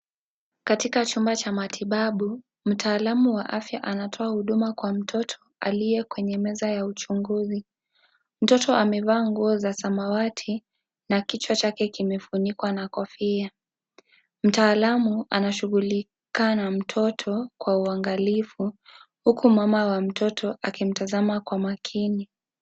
Katika chumba cha matibabu, mtaalamu wa afya anatoa huduma kwa mtoto aliye kwenye meza ya uchunguzi. Mtoto amevaa nguo za samawati na kichwa chake kimefunikwa na kofia. Mtaalamu anashughulika na mtoto kwa uangalifu huku mama wa mtoto akimtazama kwa makini.